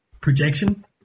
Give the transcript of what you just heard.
Projection